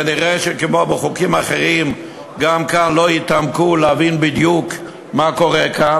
נראה שכמו בחוקים אחרים גם פה לא התעמקו להבין בדיוק מה קורה כאן.